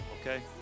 okay